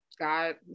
God